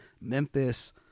Memphis